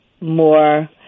more